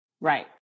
right